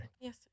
Yes